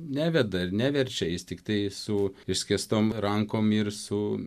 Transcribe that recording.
neveda ir neverčia jis tiktai su išskėstom rankom ir su